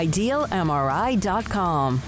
IdealMRI.com